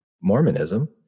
Mormonism